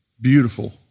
Beautiful